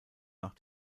nach